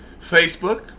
Facebook